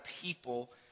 people